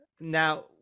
now